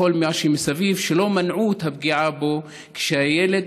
בכל מה שמסביב, שלא מנעו את הפגיעה בו כשהיה ילד,